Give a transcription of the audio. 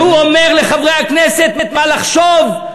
שהוא אומר לחברי הכנסת מה לחשוב,